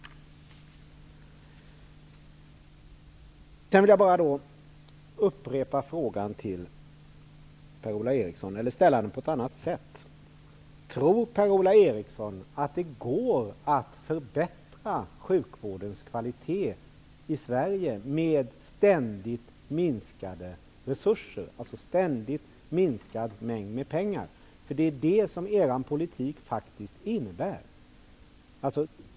Jag vill ställa min fråga till Per-Ola Eriksson på ett annat sätt: Tror Per-Ola Eriksson att det går att förbättra sjukvårdens kvalitet i Sverige med ständigt minskade resurser, dvs. ständigt minskad mängd pengar? Er politik innebär faktiskt det.